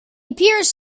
appears